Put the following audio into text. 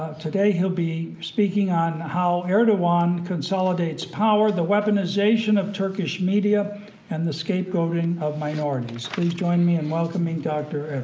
today, he'll be speaking on, how erdogan consolidates power the weaponization of turkish media and the scapegoating of minorities. please join me in welcoming dr.